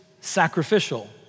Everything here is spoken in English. sacrificial